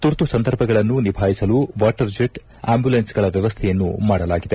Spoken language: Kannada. ತುರ್ತು ಸಂದರ್ಭಗಳನ್ನು ನಿಭಾಯಿಸಲು ವಾಟರ್ ಜೆಟ್ ಆಂಬುಲೆನ್ಸ್ಗಳ ವ್ಯವಸ್ಠೆಯನ್ನೂ ಮಾಡಲಾಗಿದೆ